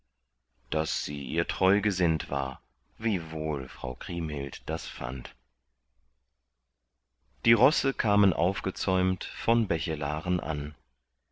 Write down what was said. daß sie ihr treu gesinnt war wie wohl frau kriemhild das fand die rosse kamen aufgezäumt von bechelaren an